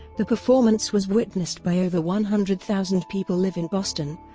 the performance was witnessed by over one hundred thousand people live in boston,